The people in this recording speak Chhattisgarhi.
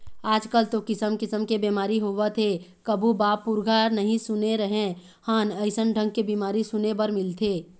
आजकल तो किसम किसम के बेमारी होवत हे कभू बाप पुरूखा नई सुने रहें हन अइसन ढंग के बीमारी सुने बर मिलथे